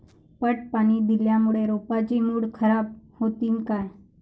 पट पाणी दिल्यामूळे रोपाची मुळ खराब होतीन काय?